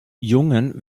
jungen